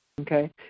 Okay